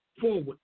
forward